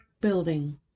building